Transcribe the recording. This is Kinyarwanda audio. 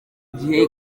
gihe